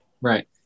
Right